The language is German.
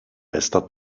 bester